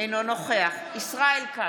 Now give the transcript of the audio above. אינו נוכח ישראל כץ,